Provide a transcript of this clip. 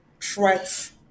threats